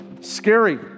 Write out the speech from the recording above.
scary